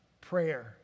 prayer